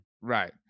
right